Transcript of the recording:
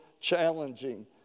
challenging